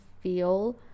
feel